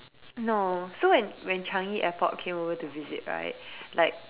no so when when Changi airport came over to visit right like